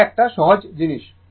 এটা একটা সহজ জিনিস